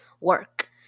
work